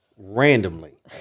randomly